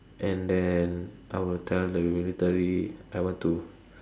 and then I will tell the military I want to